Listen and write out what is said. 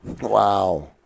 Wow